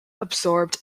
absorbed